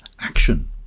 action